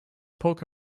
poke